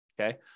Okay